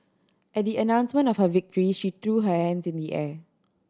at the announcement of her victory she threw her hands in the air